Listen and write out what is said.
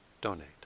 donate